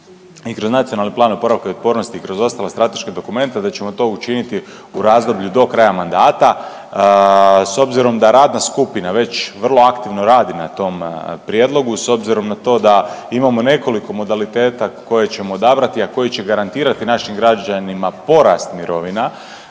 i kroz nacionalni plan oporavka i otpornosti i kroz ostale strateške dokumente, da ćemo to učiniti u razdoblju do kraja mandata. S obzirom da radna skupina već vrlo aktivno radi na tom prijedlogu, s obzirom na to da imamo nekoliko modaliteta koje ćemo odabrati, a koji će garantirati našim građanima porast mirovina